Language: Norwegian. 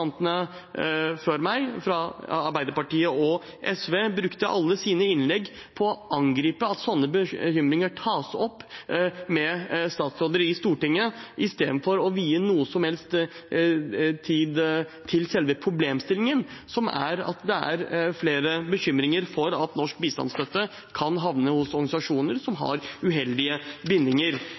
brukte sine innlegg på å angripe at sånne bekymringer tas opp med statsråder i Stortinget, istedenfor å vie noe som helst tid til selve problemstillingen, som er at det er flere bekymringer om at norsk bistandsstøtte kan havne hos organisasjoner som har uheldige bindinger.